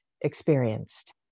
experienced